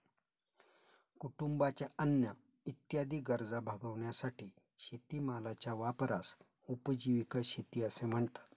कुटुंबाच्या अन्न इत्यादी गरजा भागविण्यासाठी शेतीमालाच्या वापरास उपजीविका शेती असे म्हणतात